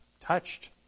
touched